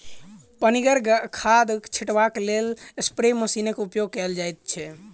पनिगर खाद छीटबाक लेल स्प्रे मशीनक उपयोग कयल जाइत छै